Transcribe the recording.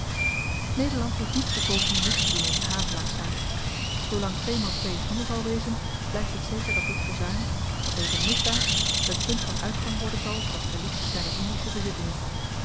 nederland heeft niet verkozen recht te doen in de havelaarszaak zoolang tweemaal twee vier zal wezen blyft het zeker dat dit verzuim dat deze misdaad het punt van uitgang worden zal van t verlies zyner indische bezittingen